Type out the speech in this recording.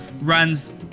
runs